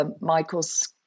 Michael's